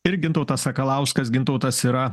ir gintautas sakalauskas gintautas yra